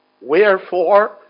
Wherefore